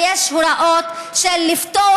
ויש הוראות לפתוח,